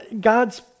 God's